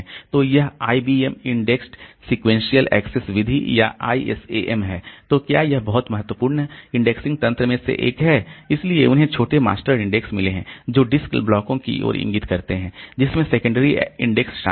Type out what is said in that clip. तो यह IBM indexed sequential access विधि या ISAM है तो क्या यह बहुत महत्वपूर्ण इंडेक्सिंग तंत्र में से एक है इसलिए उन्हें छोटे मास्टर इंडेक्स मिले हैं जो डिस्क ब्लॉकों की ओर इंगित करते हैं जिसमें सेकेंडरी इंडेक्स शामिल है